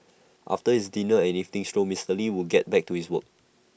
after his dinner and evening stroll Mister lee would get back to his work